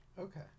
Okay